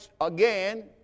again